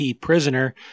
prisoner